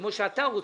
כמו שאתה רוצה,